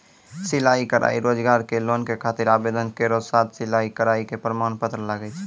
सिलाई कढ़ाई रोजगार के लोन के खातिर आवेदन केरो साथ सिलाई कढ़ाई के प्रमाण पत्र लागै छै?